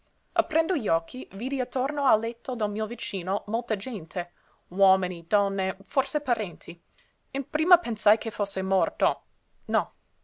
aprendo gli occhi vidi attorno al letto del mio vicino molta gente uomini donne forse parenti in prima pensai che fosse morto no